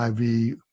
IV